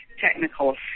technical